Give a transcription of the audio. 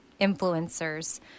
influencers